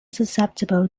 susceptible